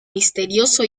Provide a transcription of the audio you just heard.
misterioso